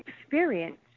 experience